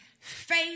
Faith